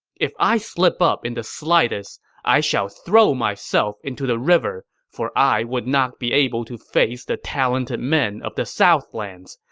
if i slip up in the slightest, i shall throw myself into the river, for i would not be able to face the talented men of the southlands!